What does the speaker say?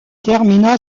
termina